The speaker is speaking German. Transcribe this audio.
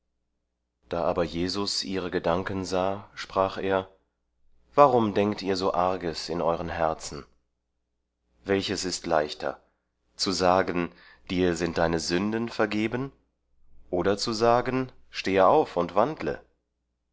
da aber jesus ihre gedanken sah sprach er warum denkt ihr so arges in euren herzen welches ist leichter zu sagen dir sind deine sünden vergeben oder zu sagen stehe auf und wandle